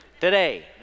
today